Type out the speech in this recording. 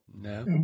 No